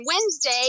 Wednesday